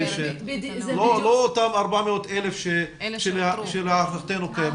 לא אותם 400,000 שלהערכתנו קיימים.